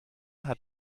hat